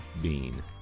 Bean